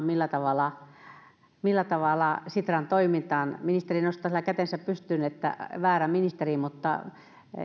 millä tavalla ne tulevat vaikuttamaan sitran toimintaan ministeri nostaa siellä kätensä pystyyn että väärä ministeri mutta